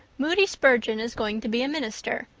moody spurgeon is going to be a minister.